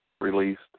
released